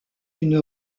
une